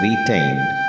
retained